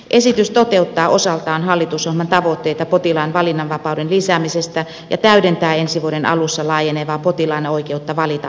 esitys toteuttaa osaltaan hallitusohjelman tavoitteita potilaan valinnanvapauden lisäämisestä ja täydentää ensi vuoden alussa laajenevaa potilaan oikeutta valita hoitopaikkansa